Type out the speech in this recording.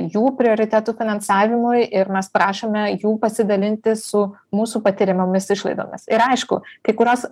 jų prioritetų finansavimui ir mes prašome jų pasidalinti su mūsų patiriamomis išlaidomis ir aišku kai kurios